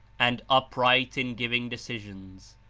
and upright in giving decisions.